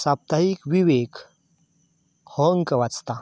साप्ताहीक विवेक हो अंक वाचतां